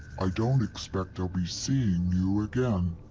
i don't expect i'll be seeing you again.